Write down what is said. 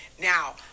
Now